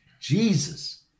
Jesus